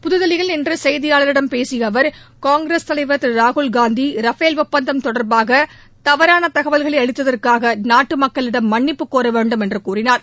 புதுதில்லியில் இன்று செய்தியாளர்களிடம் பேசிய அவர் காங்கிரஸ் தலைவர் திரு ராகுல் காந்தி ரபேல் ஒப்பந்தம் தொடர்பாக தவாறன தகவல்களை அளித்ததற்காக நாட்டு மக்களிடம் மன்னிப்பு கோர வேண்டும் என்று கூறினார்